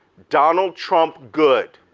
donald trump, good.